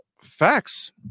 Facts